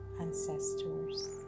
ancestors